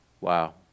Wow